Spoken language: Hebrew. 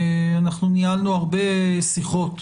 אנחנו ניהלנו הרבה שיחות,